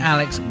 Alex